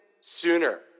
sooner